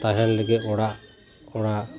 ᱛᱟᱦᱮᱱ ᱞᱟᱹᱜᱤᱫ ᱚᱲᱟᱜ ᱠᱚᱲᱟ